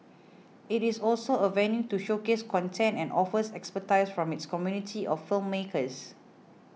it is also a venue to showcase content and offers expertise from its community of filmmakers